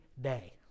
day